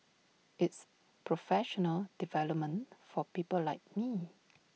it's professional development for people like me